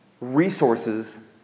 resources